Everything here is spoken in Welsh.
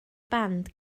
band